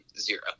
zero